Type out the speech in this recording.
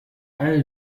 all